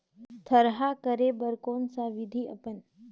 थरहा करे बर कौन सा विधि अपन?